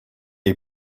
les